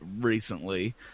recently